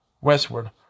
Westward